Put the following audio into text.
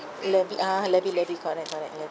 levy ah levy levy correct correct le~